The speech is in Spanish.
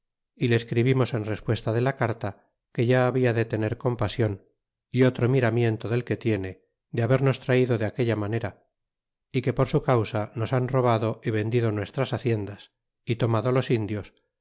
y le escribimos en respuesta de la carta que ya habia de tener compasion y otro miramiento del que tiene de habernos traido de aquella manera y que por su causa nos han robado y vendido nuestras haciendas y tomado los indios